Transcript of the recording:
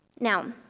Now